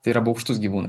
tai yra baukštus gyvūnai